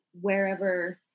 wherever